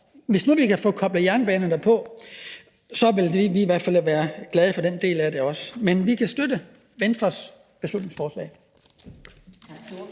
hvis vi nu kan få koblet jernbanerne på, så vil vi i hvert fald være glade for den del af det også. Men vi kan støtte Venstres beslutningsforslag.